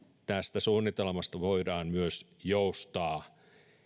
tästä suunnitelmasta voidaan myös joustaa